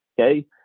Okay